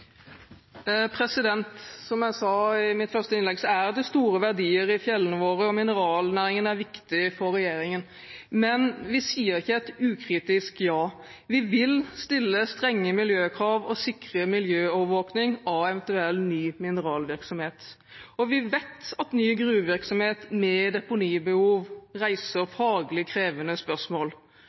det store verdier i fjellene våre. Mineralnæringen er viktig for regjeringen, men vi sier ikke et ukritisk ja. Vi vil stille strenge miljøkrav og sikre miljøovervåking av eventuell ny mineralvirksomhet. Vi vet at ny gruvevirksomhet med deponibehov reiser faglig krevende spørsmål.